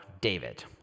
David